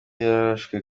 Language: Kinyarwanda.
yararashwe